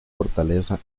fortaleza